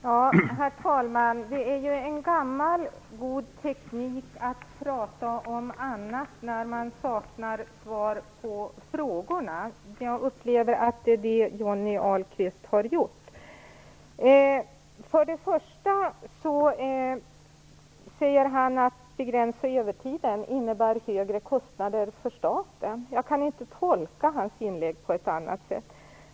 Herr talman! Det är en gammal och god teknik att prata om annat när man inte har svar på frågorna, och det är det som Johnny Ahlqvist har gjort. För det första säger han att en begränsning av övertiden innebär högre kostnader för staten. Jag kan inte tolka hans inlägg på något annat sätt.